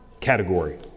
category